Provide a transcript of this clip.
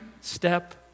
step